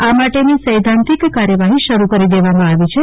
આ માટેની સૈધ્ધાંતિક કાર્યવાહી શરૂ કરી દેવામાં આવી છે